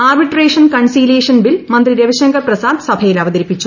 arbitration conciliation bill മന്ത്രി രവിശങ്കർ പ്രസാദ് സഭയിൽ അവതരിപ്പിച്ചു